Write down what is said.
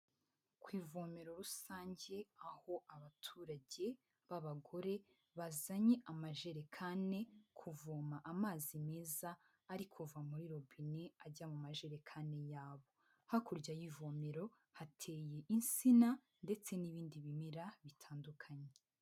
Ku ivomero rusange, aho abaturage b'abagore, bazanye amajerekane kuvoma amazi meza ari kuva muri robine ajya mu majerekani yabo. Hakurya y'ivomero, hateye insina ndetse n'ibindi bimera bitandukanye.